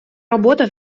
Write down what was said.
работа